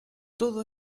todo